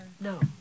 no